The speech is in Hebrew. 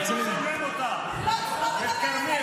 לא מדברת אליך,